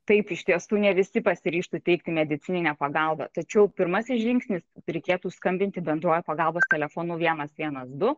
taip iš tiesų ne visi pasiryžtų teikti medicininę pagalbą tačiau pirmasis žingsnis reikėtų skambinti bendruoju pagalbos telefonu vienas vienas du